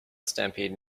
stampede